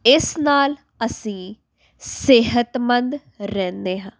ਇਸ ਨਾਲ ਅਸੀਂ ਸਿਹਤਮੰਦ ਰਹਿੰਦੇ ਹਾਂ